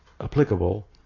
applicable